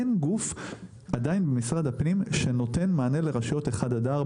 אין גוף עדיין במשרד הפנים שנותן מענה לרשויות 1-4